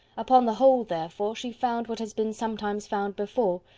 upon the whole, therefore, she found, what has been sometimes found before,